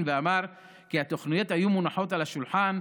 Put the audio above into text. ואמר: התוכניות היו מונחות על השולחן,